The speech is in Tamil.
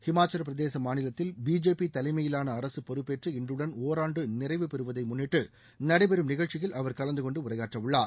ஹிமாச்சலபிரதேச மாநிலத்தில் பிஜேபி தலைமையிலான அரசு பொறுப்பேற்று இன்றுடன் ஒராண்டு நிறைவுபெறுவதை முன்னிட்டு நடைபெறும் நிகழ்ச்சியில் அவர் கலந்தகொண்டு உரையாற்ற உள்ளார்